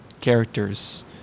characters